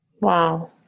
Wow